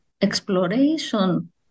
exploration